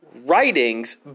writings